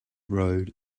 road